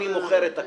אני מוכר את הכול.